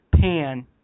pan